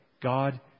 God